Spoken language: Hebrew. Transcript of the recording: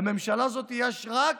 לממשלה הזאת יש רק